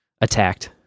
attacked